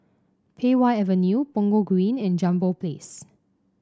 Pei Wah Avenue Punggol Green and Jambol Place